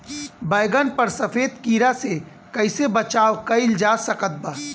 बैगन पर सफेद कीड़ा से कैसे बचाव कैल जा सकत बा?